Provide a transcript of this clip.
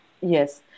Yes